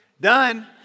done